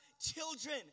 children